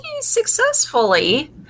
successfully